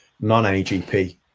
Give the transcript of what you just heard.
non-agp